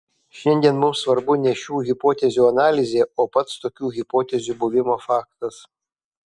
šiandien mums svarbu ne šių hipotezių analizė o pats tokių hipotezių buvimo faktas